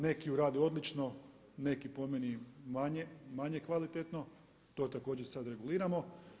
Neki ju rade odlično, neki po meni manje kvalitetno, to također sada reguliramo.